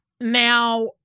Now